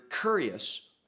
curious